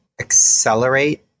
accelerate